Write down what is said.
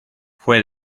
fue